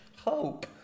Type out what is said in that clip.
hope